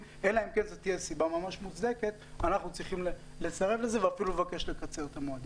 וגם צריך להכיר יש פה גם את עולם הצ'יינג'ים.